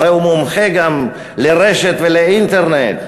הרי הוא מומחה גם לרשת ולאינטרנט.